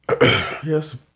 yes